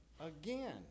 Again